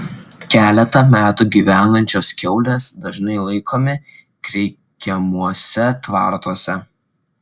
keletą metų gyvenančios kiaulės dažnai laikomi kreikiamuose tvartuose